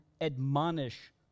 admonish